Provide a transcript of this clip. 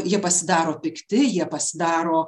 jie pasidaro pikti jie pasidaro